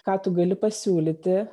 ką tu gali pasiūlyti